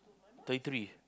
thirty three